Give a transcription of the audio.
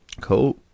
cool